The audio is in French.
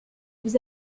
vous